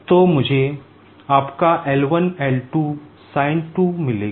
तो मुझे आपका L1 L2 sin 2 मिलेगा